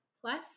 Plus